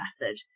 method